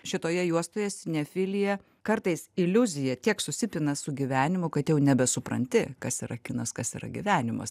šitoje juostoje sinefilija kartais iliuzija tiek susipina su gyvenimu kad jau nebesupranti kas yra kinas kas yra gyvenimas